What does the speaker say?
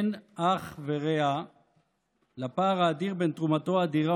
אין אח ורע לפער האדיר בין תרומתו האדירה